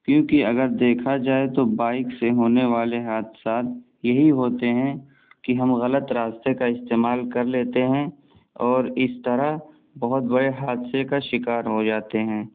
کیونکہ اگر دیکھا جائے تو بائک سے ہونے والے حادثات یہی ہوتے ہیں کہ ہم غلط راستے کا استعمال کر لیتے ہیں اور اس طرح بہت بڑے حادثے کا شکار ہو جاتے ہیں